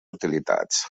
utilitats